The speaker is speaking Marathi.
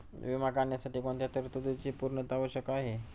विमा काढण्यासाठी कोणत्या तरतूदींची पूर्णता आवश्यक आहे?